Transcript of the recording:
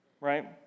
right